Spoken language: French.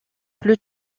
plus